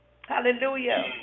Hallelujah